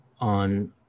on